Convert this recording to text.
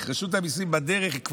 רשות המיסים בדרך,